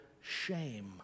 shame